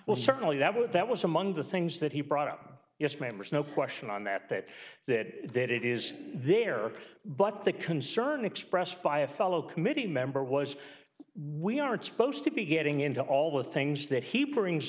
well certainly that would that was among the things that he brought up yes ma'am there's no question on that that that that it is there but the concern expressed by a fellow committee member was we aren't supposed to be getting into all the things that he brings